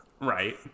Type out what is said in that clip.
Right